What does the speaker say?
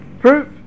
Proof